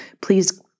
please